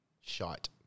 Shite